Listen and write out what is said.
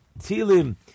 tilim